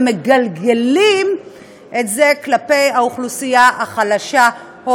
ומגלגלים את זה כלפי האוכלוסייה החלשה או